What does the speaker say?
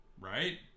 right